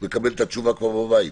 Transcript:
יקבל את התשובה כשיהיה בבית,